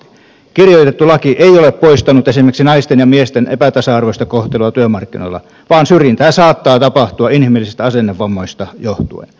kirjoitettu laki ei ole poistanut esimerkiksi naisten ja miesten epätasa arvoista kohtelua työmarkkinoilla vaan syrjintää saattaa tapahtua inhimillisistä asennevammoista johtuen